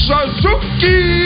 Suzuki